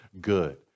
good